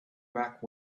back